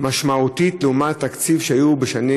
משמעותית לעומת התקציב שהיה בשנים